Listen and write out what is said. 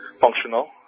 functional